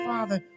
Father